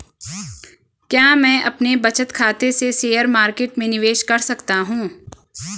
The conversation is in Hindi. क्या मैं अपने बचत खाते से शेयर मार्केट में निवेश कर सकता हूँ?